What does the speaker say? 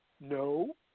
No